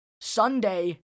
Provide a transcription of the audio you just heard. Sunday